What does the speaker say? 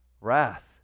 wrath